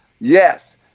Yes